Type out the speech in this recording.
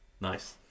Nice